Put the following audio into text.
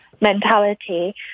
mentality